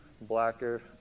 blacker